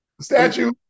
Statue